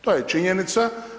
To je činjenica.